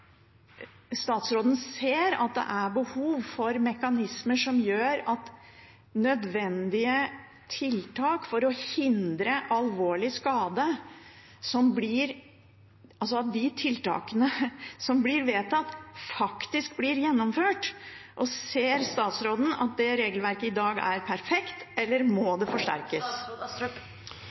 statsråden ser at det er behov for mekanismer som gjør at nødvendige tiltak for å hindre alvorlig skade, altså de tiltakene som blir vedtatt, faktisk blir gjennomført? Og ser statsråden at det regelverket i dag er perfekt, eller må det forsterkes?